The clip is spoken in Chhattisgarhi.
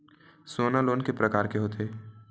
सोना लोन के प्रकार के होथे?